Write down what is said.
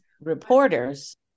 reporters